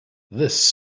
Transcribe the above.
this